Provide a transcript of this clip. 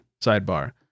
sidebar